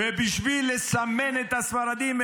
ובשביל לסמן את הספרדים,